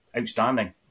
outstanding